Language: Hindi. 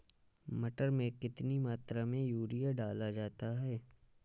मटर में कितनी मात्रा में यूरिया डाला जाता है?